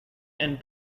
and